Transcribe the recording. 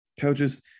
coaches